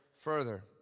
further